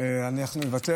אנחנו נוותר?